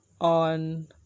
on